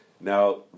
Now